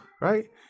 right